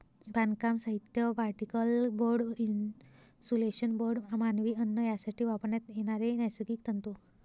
बांधकाम साहित्य, particle board, insulation board, मानवी अन्न यासाठी वापरण्यात येणारे नैसर्गिक तंतू